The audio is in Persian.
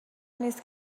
نیست